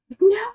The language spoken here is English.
No